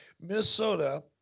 Minnesota